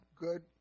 good